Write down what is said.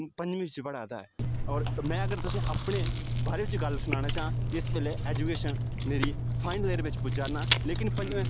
पंजमीं च पढ़ाऽ दा ऐ होर में अगर तुसें ई अपने बारे च गल्ल सनाना चांह इस बैल्ले एजुकेशन मेरी फाइनल ईयर बिच पुज्जा'रना लेकिन पंजमें